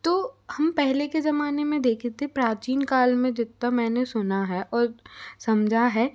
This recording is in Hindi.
तो हम पहले के ज़माने में देखे थे प्राचीन काल में जितना मैंने सुना है और समझा है